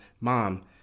mom